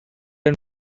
and